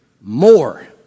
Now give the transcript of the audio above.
more